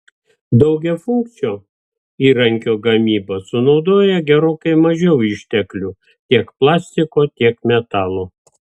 daugiafunkcio įrankio gamyba sunaudoja gerokai mažiau išteklių tiek plastiko tiek metalo